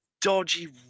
dodgy